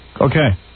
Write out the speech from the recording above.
Okay